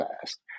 fast